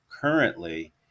currently